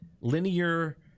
linear